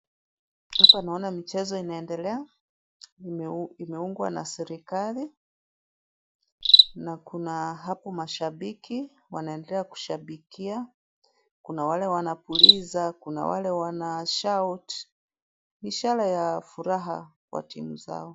Hapa naona michezo inaendelea imeungwa na serikali na kuna hapo mashabiki wanaendelea kushabikia. Kuna wale wanapuliza, kuna wale wanashout ishara ya furaha kwa time zao.